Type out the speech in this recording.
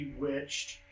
Bewitched